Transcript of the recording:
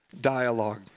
dialogue